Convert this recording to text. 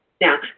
Now